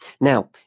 Now